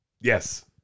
Yes